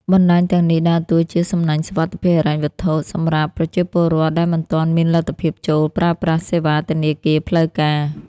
បណ្ដាញទាំងនេះដើរតួជា "សំណាញ់សុវត្ថិភាពហិរញ្ញវត្ថុ" សម្រាប់ប្រជាពលរដ្ឋដែលមិនទាន់មានលទ្ធភាពចូលប្រើប្រាស់សេវាធនាគារផ្លូវការ។